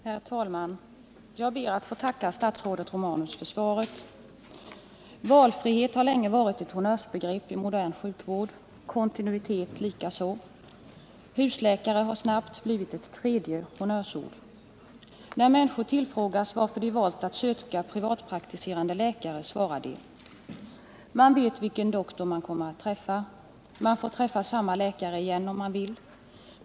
Herr talman! Jag ber att få tacka statsrådet Romanus för svaret. Valfrihet har länge varit ett honnörsbegrepp i samband med modern sjukvård, kontinuitet likaså. Husläkare har snabbt blivit ett tredje honnörsord. När människor tillfrågas om varför de valt att söka privatpraktiserande läkare svarar de: Man vet vilken doktor man kommer att träffa. Man får träffa samma läkare igen om man vill.